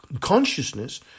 consciousness